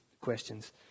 questions